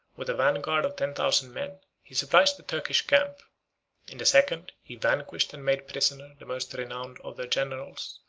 with a vanguard of ten thousand men, he surprised the turkish camp in the second, he vanquished and made prisoner the most renowned of their generals,